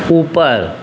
ऊपर